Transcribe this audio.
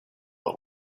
that